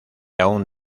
aún